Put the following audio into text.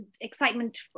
excitement